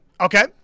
Okay